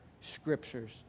scriptures